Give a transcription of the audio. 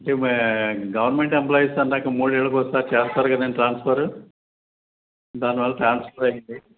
అంటే మేము government employees అన్నాక మూడేళ్ళకు ఒకసారి చేస్తారు కదండి ట్రాన్స్ఫరు దాని వల్ల ట్రాన్స్ఫర్ అయ్యింది